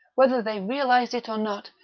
whether they realised it or not,